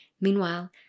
Meanwhile